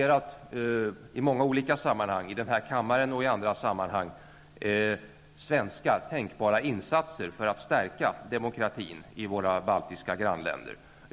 Vi har i många olika sammanhang, i denna kammare och i andra sammanhang, diskuterat tänkbara svenska insatser för att stärka demokratin i våra baltiska grannländer.